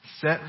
set